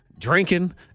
Drinking